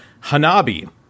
Hanabi